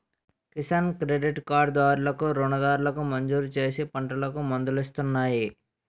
Kisan credit card దారులు కు రుణాలను మంజూరుచేసి పంటలకు మదుపులిస్తున్నాయి